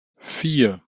vier